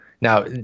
Now